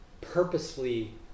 purposefully